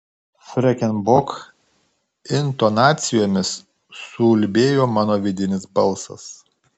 freken bok intonacijomis suulbėjo mano vidinis balsas